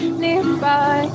nearby